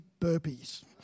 burpees